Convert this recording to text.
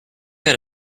had